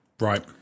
Right